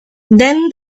then